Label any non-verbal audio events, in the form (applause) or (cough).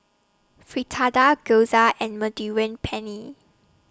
Fritada Gyoza and (unintelligible) Penne